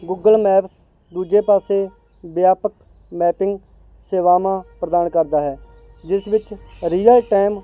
Google map ਦੂਜੇ ਪਾਸੇ ਵਿਆਪਕ ਮੈਪਿੰਗ ਸੇਵਾਵਾਂ ਪ੍ਰਦਾਨ ਕਰਦਾ ਹੈ ਜਿਸ ਵਿੱਚ ਰੀਅਲ ਟੈਮ